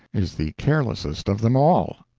is the carelessest of them all.